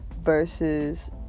versus